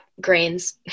grains